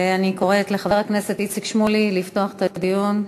ואני קוראת לחבר הכנסת איציק שמולי לפתוח את הדיון,